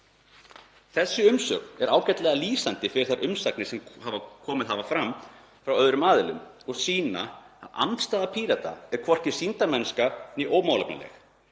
Þessi umsögn er ágætlega lýsandi fyrir þær umsagnir sem komið hafa fram frá öðrum aðilum og sýnir að andstaða Pírata er hvorki sýndarmennska né ómálefnaleg